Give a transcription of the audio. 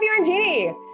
Fiorentini